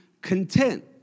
content